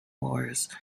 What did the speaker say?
wars